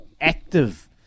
active